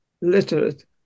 literate